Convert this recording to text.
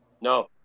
No